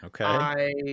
Okay